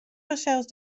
fansels